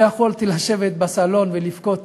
לא יכולתי לשבת בסלון ולבכות,